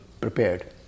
prepared